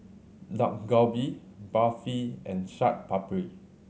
Dak Galbi Barfi and Chaat Papri